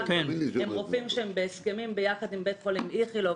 הם רופאים בהסכמים ביחד עם בית חולים איכילוב.